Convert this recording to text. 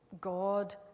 God